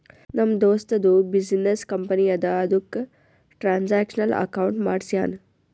ನಮ್ ದೋಸ್ತದು business company ಅದಾ ಅದುಕ್ಕ ಟ್ರಾನ್ಸ್ಅಕ್ಷನಲ್ ಅಕೌಂಟ್ ಮಾಡ್ಸ್ಯಾನ್